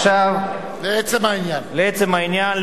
לעצם העניין,